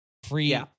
free